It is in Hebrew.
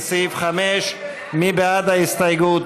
לסעיף 5. מי בעד ההסתייגות?